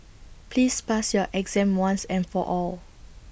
please pass your exam once and for all